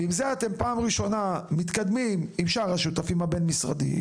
ועם זה אתם מתקדמים בפעם הראשונה אל שאר השותפים הבין משרדיים,